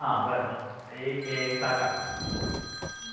आं बरें एक एक साक आठ